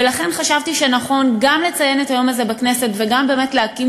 ולכן חשבתי שנכון גם לציין את היום הזה בכנסת וגם להקים